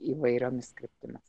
įvairiomis kryptimis